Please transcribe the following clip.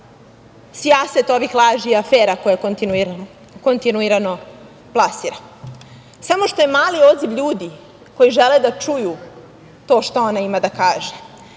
sijaset ovih laži i afera koje kontinuirano plasira. Samo što je mali odziv ljudi koji žele da čuju to šta ona ima da kaže,